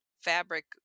fabric